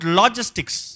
logistics